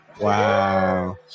Wow